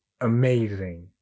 amazing